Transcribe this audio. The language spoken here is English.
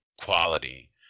quality